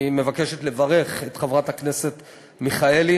היא מבקשת לברך את חברת הכנסת מיכאלי